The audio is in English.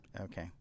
Okay